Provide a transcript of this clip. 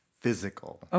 physical